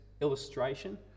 illustration